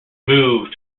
moved